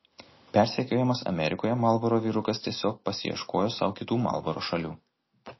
persekiojamas amerikoje marlboro vyrukas tiesiog pasiieškojo sau kitų marlboro šalių